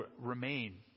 Remain